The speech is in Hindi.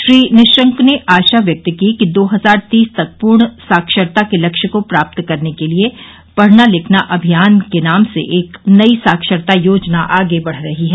श्री निशंक ने आशा व्यक्त की कि दो हजार तीस तक पूर्ण साक्षरता के लक्ष्य को प्राप्त करने के लिए पढ़ना लिखना अभियान के नाम से नई साक्षरता योजना आगे बढ़ रही है